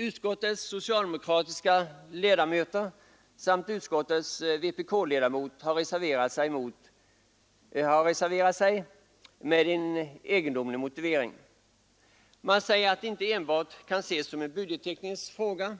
Utskottets socialdemokratiska ledamöter samt utskottets vpk-ledamot har emellertid reserverat sig med en egendomlig motivering. Man säger att detta inte enbart kan ses som en budgetteknisk fråga.